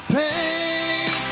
pain